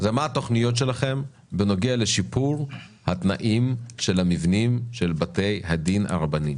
מה התוכניות שלכם בנוגע לשיפור תנאי המבנים של בתי הדין הרבניים?